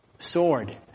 sword